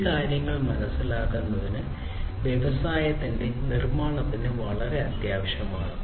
ഈ കാര്യങ്ങൾ മനസ്സിലാക്കുന്നത് വ്യവസായത്തിന്റെ നിർമ്മാണത്തിന് വളരെ അത്യാവശ്യമാണ് 4